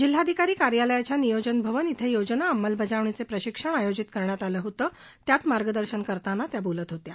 जिल्हाधिकारी कार्यालयाच्या नियोजन भवन येथे योजना अंमलबजावणीचे प्रशिक्षण आयोजित करण्यात आले होते त्यात मार्गदर्शन करतांना बोलत होत्या